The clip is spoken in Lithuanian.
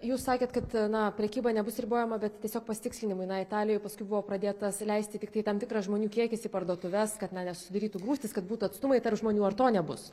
jūs sakėt kad na prekyba nebus ribojama bet tiesiog pasitikslinimui na italijoj paskui buvo pradėtas leisti tik tam tikras žmonių kiekis į parduotuves kad na nesusidarytų grūstys kad būtų atstumai tarp žmonių ar to nebus